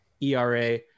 ERA